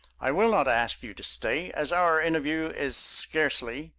i will not ask you to stay, as our interview is scarcely,